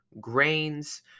grains